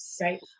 Right